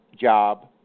job